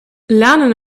lernen